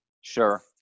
sure